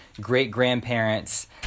great-grandparents